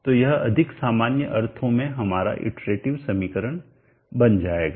तो यह अधिक सामान्य अर्थों में हमारा इटरेटिव समीकरण बन जाएगा